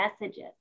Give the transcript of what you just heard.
messages